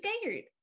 scared